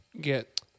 get